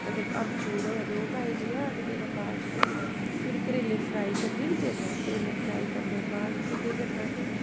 अगर अम्बचूर होऐ ते ओह् पाई लेआ ते नेईं ते बाद च फिर फिर करेले फ्राई करने नी जेल्लै करेले फ्राई करने बाद तुसें केह् करना कि